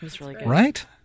Right